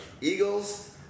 Eagles